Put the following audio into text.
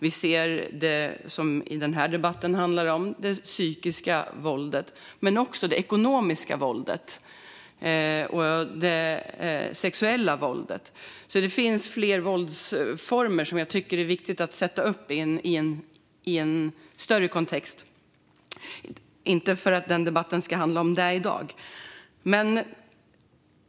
Vi ser också det som den här debatten handlar om: det psykiska våldet. Men det handlar även om det ekonomiska våldet och det sexuella våldet. Det finns alltså flera våldsformer. Det är viktigt att sätta det i en större kontext. Men det ska inte debatten i dag handla om.